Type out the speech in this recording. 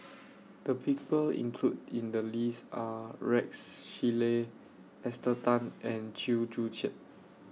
The People included in The list Are Rex Shelley Esther Tan and Chew Joo Chiat